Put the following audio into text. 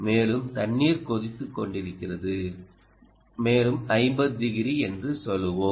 மேலும் தண்ணீர் கொதித்துக்கொண்டிருக்கிறது மேலும் 50 டிகிரி என்று சொல்வோம்